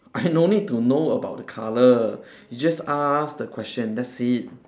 I no need to know about the colour you just ask the question that's it